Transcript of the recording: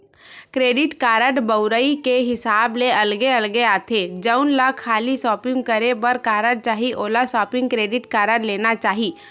credit card बउरई के हिसाब ले अलगे अलगे आथे, जउन ल खाली सॉपिंग करे बर कारड चाही ओला सॉपिंग क्रेडिट कारड लेना चाही